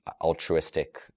altruistic